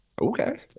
Okay